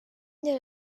that